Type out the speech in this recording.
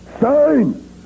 Sign